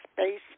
space